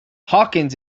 hawkins